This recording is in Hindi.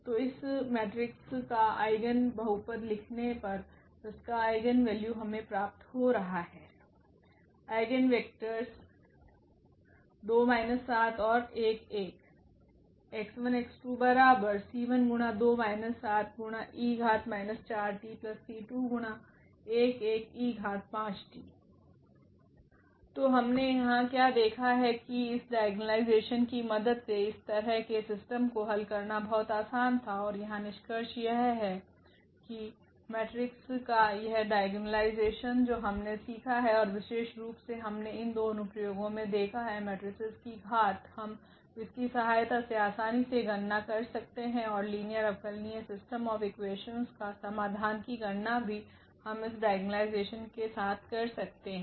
तो इस मेट्रिक्स का आइगेन बहुपद लिखने पर इसका आइगेन वैल्यू हमे प्राप्त हो रहा हैं आइगेन वेक्टरस तो हमने यहां क्या देखा है कि इस डाइगोनलाइजेशन की मदद से इस तरह के सिस्टम को हल करना बहुत आसान था और यहाँ निष्कर्ष यह है कि मेट्रिक्स का यह डाइगोनलाइजेशन जो हमने सीखा है और विशेष रूप से हमने इन दो अनुप्रयोगों मे देखा है मेट्रीसेस की घात हम इसकी सहायता से आसानी से गणना कर सकते हैं और लीनियर अवकलनीय सिस्टम ऑफ़ इक्वेशंस का समाधान की गणना भी हम इस डाइगोनलाइजेशन के साथ कर सकते हैं